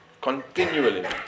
Continually